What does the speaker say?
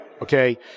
okay